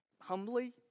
humbly